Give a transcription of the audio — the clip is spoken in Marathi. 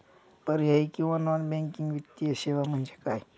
पर्यायी किंवा नॉन बँकिंग वित्तीय सेवा म्हणजे काय?